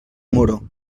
moro